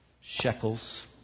Shekels